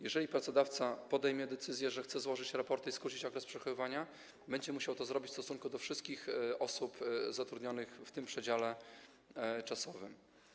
Jeżeli pracodawca podejmie decyzję, że chce złożyć raporty i skrócić okres przechowywania, będzie musiał to zrobić w stosunku do wszystkich osób zatrudnionych w tym przedziale czasowym.